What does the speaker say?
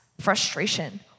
frustration